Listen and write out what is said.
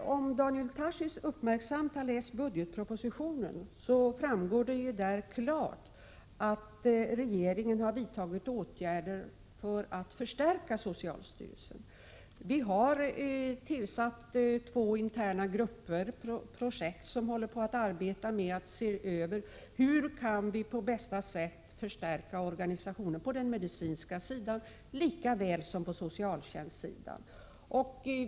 Om Daniel Tarschys hade läst budgetpropositionen uppmärksamt hade han funnit att det där klart framgår att regeringen har vidtagit åtgärder för att förstärka socialstyrelsen. Vi har tillsatt två interna projektgrupper som håller på att arbeta med att se över hur vi på bästa sätt kan förstärka organisationen på den medicinska sidan lika väl som på socialtjänstsidan.